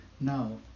Now